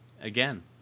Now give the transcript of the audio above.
Again